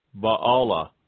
Baala